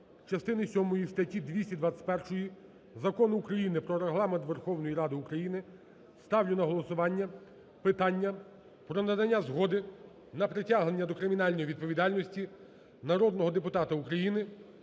частини сьомої статті 221 Закону України "Про Регламент Верховної Ради України" ставлю на голосування питання про надання згоди на притягнення до кримінальної відповідальності народного депутата України